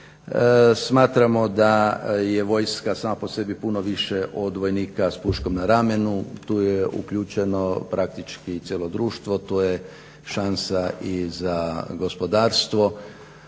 Smatramo da je vojska sama po sebi puno više od vojnika s puškom na ramenu. Tu je uključeno praktički cijelo društvo, tu je šansa i za gospodarstvo,